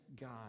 God